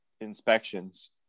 inspections